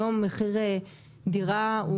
היום מחירי דירה,